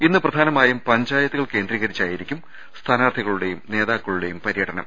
ഇന്ന് പ്രധാനമായും പഞ്ചായത്തുകൾ കേന്ദ്രീകരിച്ചായിരിക്കും സ്ഥാനാർത്ഥികളുടേയും നേതാക്കളുടേയും പര്യടനം